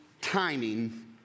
timing